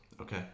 Okay